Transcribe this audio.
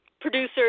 producers